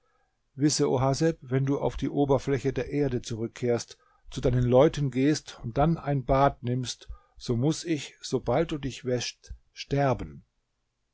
wisse oh haseb wenn du auf die oberfläche der erde zurückkehrst zu deinen leuten gehst und dann ein bad nimmst so muß ich sobald du dich wäschst sterben